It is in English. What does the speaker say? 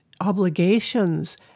obligations